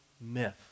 myth